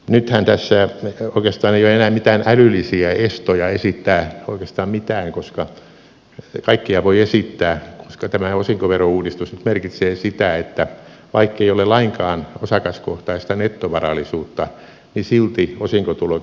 nythän tässä ei oikeastaan ole enää mitään älyllisiä estoja esittää mitä tahansa kaikkea voi esittää koska tämä osinkoverouudistus nyt merkitsee sitä että vaikkei ole lainkaan osakaskohtaista nettovarallisuutta niin silti osinkotulo käsitellään pääomatulona